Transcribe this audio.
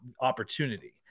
opportunity